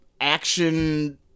action